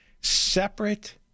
separate